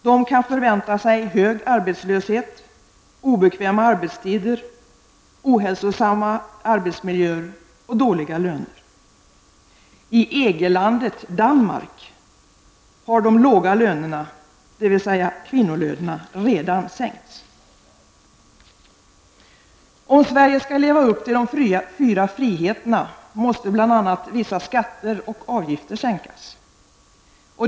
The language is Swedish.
De kan förvänta sig hög arbetslöshet, obekväma arbetstider, ohälsosamma arbetsmiljöer och dåliga löner. I EG-landet Danmark har de låga lönerna, dvs. kvinnolönerna, redan sänkts. Om Sverige skall leva upp till de fyra friheterna måste bl.a. vissa skatter och avgifter sänkas.